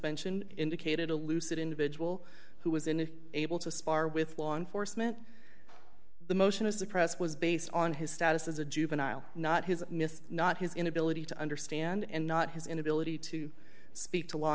mentioned indicated a lucid individual who was in and able to spar with law enforcement the motion of the press was based on his status as a juvenile not his missed not his inability to understand and not his inability to speak to law